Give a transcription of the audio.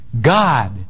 God